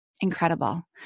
Incredible